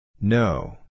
No